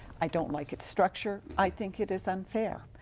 i don't like its structure, i think it is unfair.